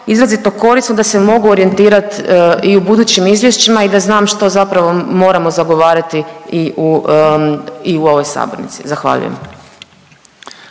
izrazito korisno da se mogu orijentirat i u budućim izvješćima i da znam što zapravo moramo zagovarati i u ovoj sabornici. Zahvaljujem.